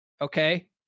Okay